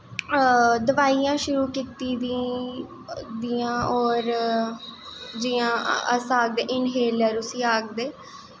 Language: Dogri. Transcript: दवाईयां शुरु कीती दी दियां और जियां अस इनहेलर जिसी आखदे